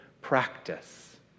practice